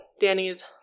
Danny's